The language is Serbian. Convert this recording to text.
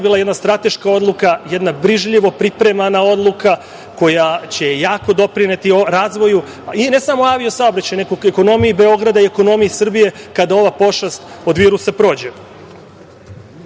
bila jedna strateška odluka, jedna brižljivo pripremana odluka, koja će jako doprineti razvoju, ne samo avio saobraćaju, nego ekonomiji Beograda i ekonomiji Srbije, kada ova pošast od virusa prođe. Dakle,